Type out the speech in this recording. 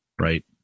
Right